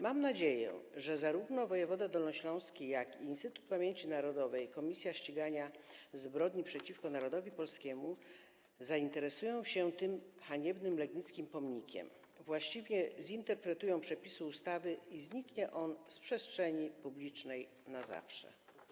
Mam nadzieję, że zarówno wojewoda dolnośląski, jak i Instytut Pamięci Narodowej - Komisja Ścigania Zbrodni przeciwko Narodowi Polskiemu zainteresują się tym haniebnym legnickim pomnikiem, właściwie zinterpretują przepisy ustawy i zniknie on z przestrzeni publicznej na zawsze.